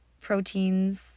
proteins